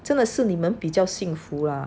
真的是你们比较幸福 lah